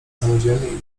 samodzielnie